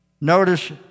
Notice